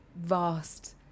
vast